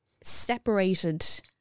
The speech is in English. separated